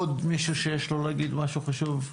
עוד מישהו שיש לו להגיד משהו חשוב?